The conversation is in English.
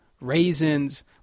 raisins